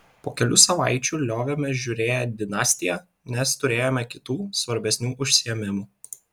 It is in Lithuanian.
po kelių savaičių liovėmės žiūrėję dinastiją nes turėjome kitų svarbesnių užsiėmimų